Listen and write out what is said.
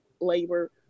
Labor